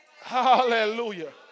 Hallelujah